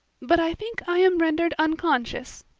but i think i am rendered unconscious.